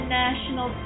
national